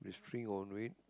there's a string on it